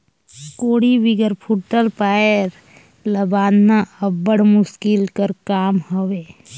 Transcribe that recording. कोड़ी बिगर फूटल पाएर ल बाधना अब्बड़ मुसकिल कर काम हवे